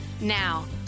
Now